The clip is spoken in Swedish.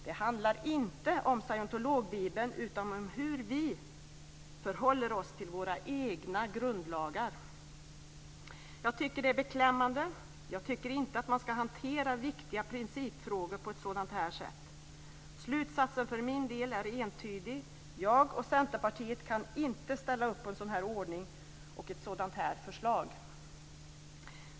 Det handlar inte om scientologbibeln utan om hur vi förhåller oss till våra egna grundlagar. Jag tycker att detta är beklämmande och jag tycker inte att man ska hantera viktiga principfrågor på ett sådant här sätt. Slutsatsen för min del är entydig. Jag och Centerpartiet kan inte ställa upp på en sådan här ordning och ett sådant här förslag.